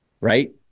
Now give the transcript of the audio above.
Right